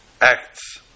acts